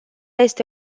este